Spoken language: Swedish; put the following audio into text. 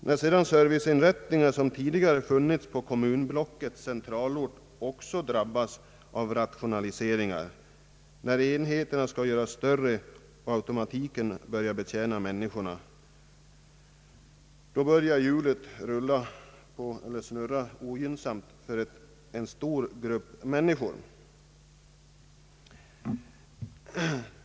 När sedan serviceanordningar som tidigare funnits på kommunblockets centralort också drabbas av rationaliseringar, när enheterna skall göras större och automatiken börjar betjäna människorna, då börjar hjulet snurra ogynnsamt för en stor grupp människor.